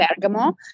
Bergamo